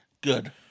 Good